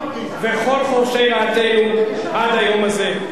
חורשי רעתנו עד היום הזה.